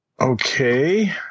Okay